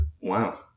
Wow